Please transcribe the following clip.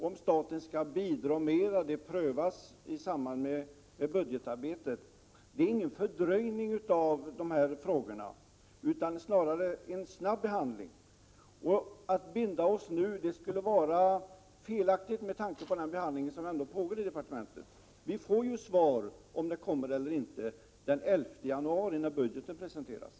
I samband med budgetarbetet prövas om staten skall bidra mera. Det innebär ingen fördröjning av de här frågorna utan snarare en snabb behandling. Att binda oss nu skulle vara felaktigt med tanke på den behandling som ändå pågår i departementet. Vi får ju svar —om det kommer ökat statligt stöd eller inte — den 11 januari, då budgeten presenteras.